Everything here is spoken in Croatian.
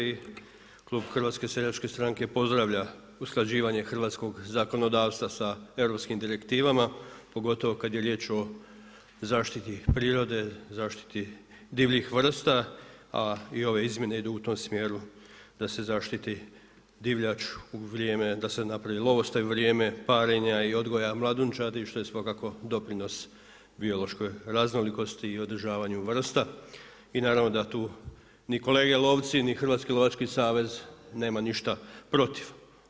I klub HSS-a pozdravlja usklađivanje hrvatskog zakonodavstva sa europskim direktivama pogotovo kad je riječ o zaštiti prirode, zaštiti divljih vrsta, a i ove izmjene idu u tom smjeru da se zaštititi divljač, da se napravi lovostajno vrijeme, parenja i odgoja mladunčadi što je svako doprinos biološkoj raznolikosti i održavanju vrsta i naravno da ni kolege lovci ni Hrvatski lovački savez nema ništa protiv.